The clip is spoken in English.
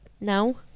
No